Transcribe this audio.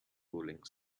falling